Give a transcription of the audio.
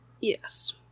Yes